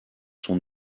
son